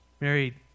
Mary